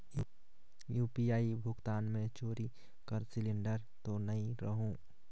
UPI भुगतान मे चोरी कर सिलिंडर तो नइ रहु?